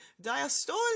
diastole